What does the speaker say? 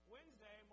Wednesday